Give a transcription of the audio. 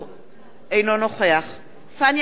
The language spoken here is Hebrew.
אינו נוכח פניה קירשנבאום,